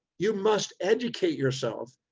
you must educate yourself,